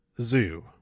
Zoo